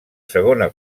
segona